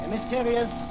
mysterious